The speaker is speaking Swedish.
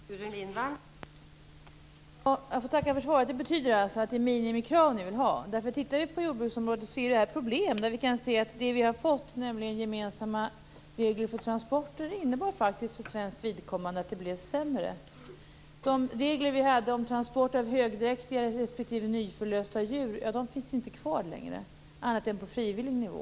Fru talman! Jag får tacka för svaret. Det betyder att det är minimikrav ni vill ha. På jordbruksområdet är det här problem. Vi kan se att de gemensamma regler för transporter som vi har fått faktiskt för svenskt vidkommande innebar att det blev sämre. De regler vi hade om transport av högdräktiga respektive nyförlösta djur finns inte kvar längre, annat än på frivillig nivå.